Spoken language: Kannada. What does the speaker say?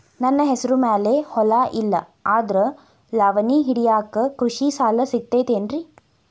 ನನ್ನ ಹೆಸರು ಮ್ಯಾಲೆ ಹೊಲಾ ಇಲ್ಲ ಆದ್ರ ಲಾವಣಿ ಹಿಡಿಯಾಕ್ ಕೃಷಿ ಸಾಲಾ ಸಿಗತೈತಿ ಏನ್ರಿ?